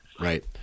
right